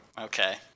Okay